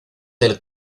del